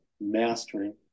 Mastering